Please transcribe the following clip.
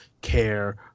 care